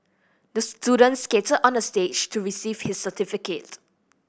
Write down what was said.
the student skated onto the stage to receive his certificate